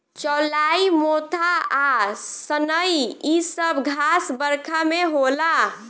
चौलाई मोथा आ सनइ इ सब घास बरखा में होला